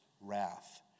wrath